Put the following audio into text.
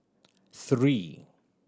three